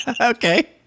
Okay